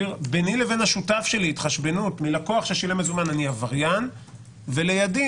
במיסי מקרקעין ובכל מקום אחר.